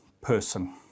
person